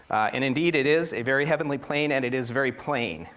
and indeed, it is a very heavenly plain, and it is very plain,